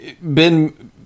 Ben